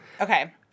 Okay